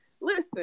listen